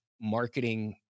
marketing